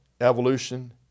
Evolution